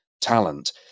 talent